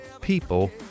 People